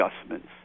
adjustments